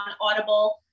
Audible